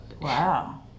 Wow